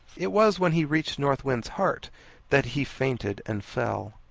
it was when he reached north wind's heart that he fainted and fell.